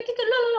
לא,